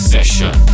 Session